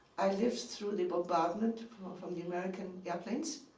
i lived through the bombardment from ah from the american airplanes.